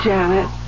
Janet